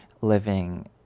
living